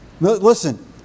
Listen